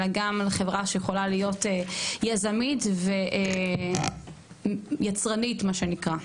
אלא גם על חברה שיכולה להיות יזמית ויצרנית מה שנקרא.